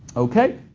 okay?